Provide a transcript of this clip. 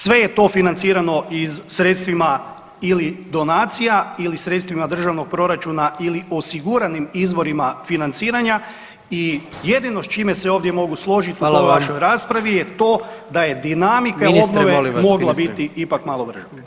Sve je to financirano iz sredstvima ili donacija ili sredstvima državnog proračuna ili osiguranim izvorima financiranja i jedino s čime se ovdje mogu složiti u toj vašoj raspravi [[Upadica: Hvala vam.]] je to da je dinamika obnove [[Upadica: Ministre molim vas.]] mogla biti ipak malo brža.